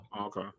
Okay